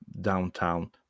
downtown